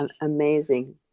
amazing